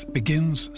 begins